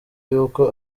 yuko